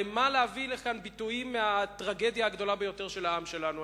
אבל למה להביא לכאן ביטויים מהטרגדיה הגדולה ביותר של העם שלנו?